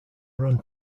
run